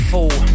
Fall